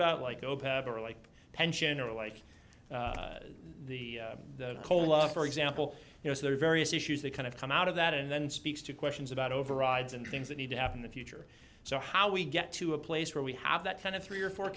about like go like pension or like the cola for example you know there are various issues that kind of come out of that and then speaks to questions about overrides and things that need to have in the future so how we get to a place where we have that kind of three or four